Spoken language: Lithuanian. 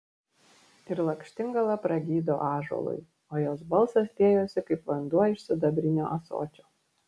ir lakštingala pragydo ąžuolui o jos balsas liejosi kaip vanduo iš sidabrinio ąsočio